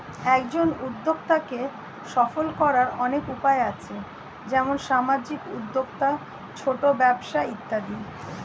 একজন উদ্যোক্তাকে সফল করার অনেক উপায় আছে, যেমন সামাজিক উদ্যোক্তা, ছোট ব্যবসা ইত্যাদি